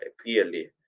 clearly